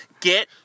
Get